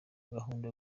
gahunda